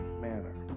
manner